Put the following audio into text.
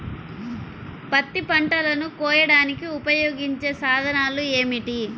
పత్తి పంటలను కోయడానికి ఉపయోగించే సాధనాలు ఏమిటీ?